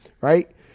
right